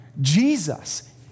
Jesus